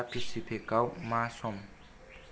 दा पेसिफिकाव मा सम